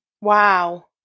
Wow